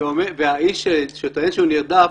האיש שטוען שהוא נרדף,